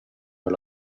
per